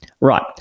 right